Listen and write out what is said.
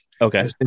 Okay